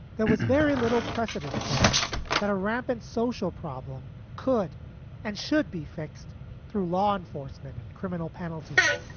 there was very little precedence then that a rampant social problem could and should be fixed through law enforcement and criminal penalties.